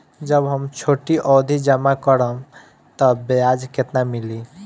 जब हम छोटी अवधि जमा करम त ब्याज केतना मिली?